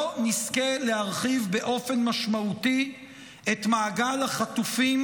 לא נזכה להרחיב באופן משמעותי את מעגל החטופים